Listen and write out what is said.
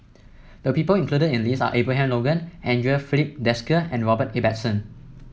the people included in the list are Abraham Logan Andre Filipe Desker and Robert Ibbetson